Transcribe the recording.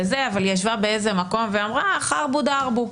אבל ישבה באיזה מקום ואמרה: חרבו דרבו.